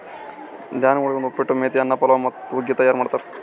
ಧಾನ್ಯಗೊಳಿಂದ್ ಉಪ್ಪಿಟ್ಟು, ಮೇತಿ ಅನ್ನ, ಪಲಾವ್ ಮತ್ತ ಹುಗ್ಗಿ ತೈಯಾರ್ ಮಾಡ್ತಾರ್